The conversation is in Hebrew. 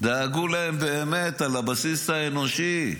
דאגו להם באמת על בסיס אנושי,